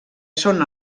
són